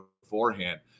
beforehand